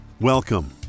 Welcome